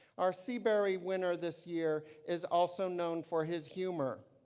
our seabury winner this year, is also known for his humor,